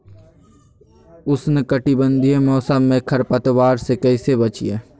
उष्णकटिबंधीय मौसम में खरपतवार से कैसे बचिये?